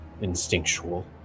instinctual